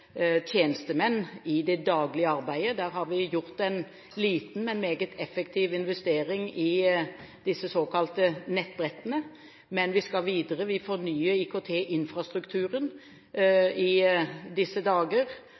tjenestemenn i det daglige arbeidet. Der har vi gjort en liten, men meget effektiv investering i disse såkalte nettbrettene. Men vi skal videre. Vi fornyer IKT-infrastrukturen i disse dager,